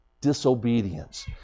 disobedience